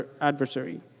adversary